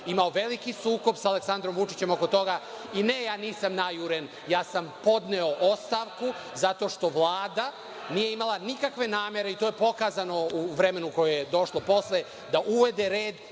sam veliki sukob sa Aleksandrom Vučićem oko toga, i ne, ja nisam najuren, ja sam podneo ostavku zato što Vlada nije imala nikakve namere, i to je pokazano u vremenu koje je došlo posle, da uvede red